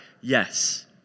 yes